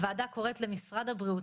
הועדה קוראת למשרד הבריאות,